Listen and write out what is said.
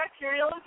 bacterial